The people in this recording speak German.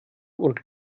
und